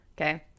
okay